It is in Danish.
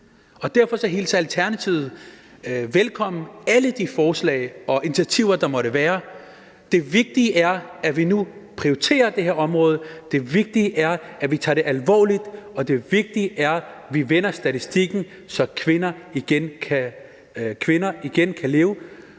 Derfor hilser Alternativet alle de forslag og initiativer, der måtte være, velkommen. Det vigtige er, at vi nu prioriterer det her område, det vigtige er, at vi tager det alvorligt, og det vigtige er, at vi vender statistikken, så kvinder igen kan leve